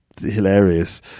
hilarious